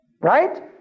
Right